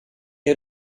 had